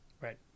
right